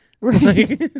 Right